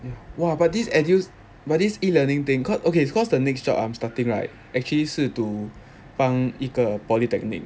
!wah! but this edu~ but this e-learning thing called okay it's cause the next job I'm starting right actually 是 to 帮一个 polytechnic